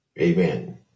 Amen